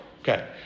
Okay